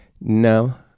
No